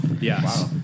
Yes